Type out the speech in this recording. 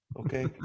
Okay